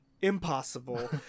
impossible